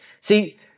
See